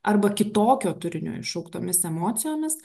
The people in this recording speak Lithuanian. arba kitokio turinio iššauktomis emocijomis